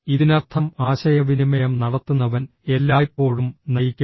ഇതിനർത്ഥം ആശയവിനിമയം നടത്തുന്നവൻ എല്ലായ്പ്പോഴും നയിക്കും